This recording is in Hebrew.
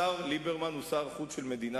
אז תגיד אם השר ליברמן מייצג את עמדת הממשלה.